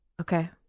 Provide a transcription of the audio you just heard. Okay